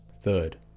Third